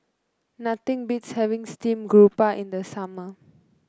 nothing beats having Steamed Garoupa in the summer